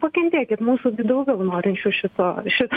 pakentėkit mūsų gi daugiau norinčių šito šito